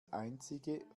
einzige